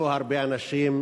מונו הרבה אנשים,